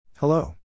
Hello